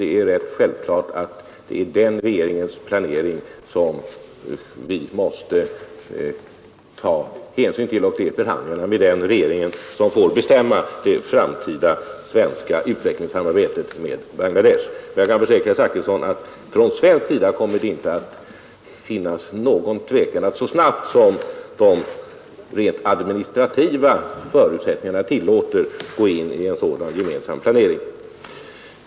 Det är ju rätt självklart att det är den regeringens planering som vi måste ta hänsyn till, och det är alltså förhandlingar med den regeringen som får bestämma det framtida svenska utvecklingssamarbetet med Bangladesh. Men jag kan försäkra herr Zachrisson att från svensk sida kommer det inte att finnas någon tvekan att så snabbt som de rent administrativa förutsättningarna tillåter gå in i en sådan gemensam planering.